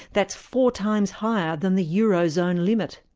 that's four times higher than the eurozone limit.